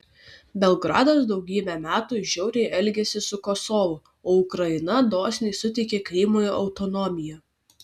belgradas daugybę metų žiauriai elgėsi su kosovu o ukraina dosniai suteikė krymui autonomiją